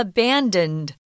Abandoned